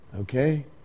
okay